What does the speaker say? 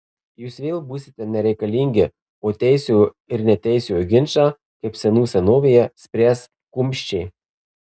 jūs vėl būsite nereikalingi o teisiojo ir neteisiojo ginčą kaip senų senovėje spręs kumščiai